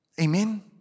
Amen